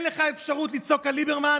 אין לך אפשרות לצעוק על ליברמן,